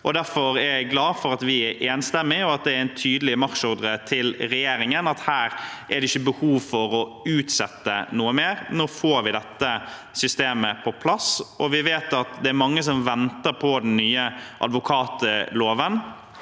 Derfor er jeg glad for at vi er enstemmige, og at det er en tydelig marsjordre til regjeringen om at det ikke er behov for å utsette noe mer – nå får vi dette systemet på plass. Vi vet at det er mange som venter på den nye advokatloven.